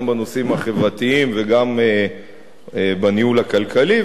בנושאים החברתיים וגם בניהול הכלכלי,